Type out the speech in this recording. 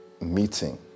meeting